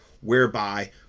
whereby